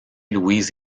louise